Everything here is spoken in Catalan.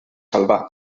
salvà